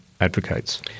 advocates